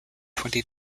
twenty